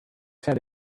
said